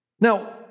Now